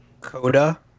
Coda